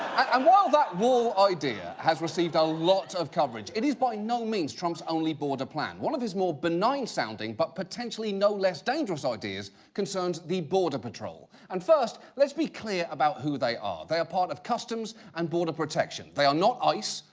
um while that wall idea has received a lot of coverage, it is by no means trump's only border plan. one of his more benign-sounding, but potentially no less dangerous, ideas concerns the border patrol. and first, let's be clear about who they are. they are part of customs and border protection. they are not ice,